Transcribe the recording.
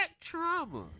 trauma